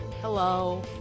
Hello